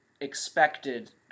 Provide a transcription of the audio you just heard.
expected